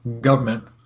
government